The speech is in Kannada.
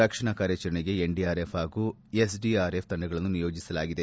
ರಕ್ಷಣಾ ಕಾರ್ಯಾಚರಣೆಗೆ ಎನ್ಡಿಆರ್ಎಫ್ ಹಾಗೂ ಎಸ್ಡಿಆರ್ಎಫ್ ತಂಡಗಳನ್ನು ನಿಯೋಜಿಸಲಾಗಿದೆ